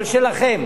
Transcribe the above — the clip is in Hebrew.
אבל שלכם.